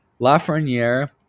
Lafreniere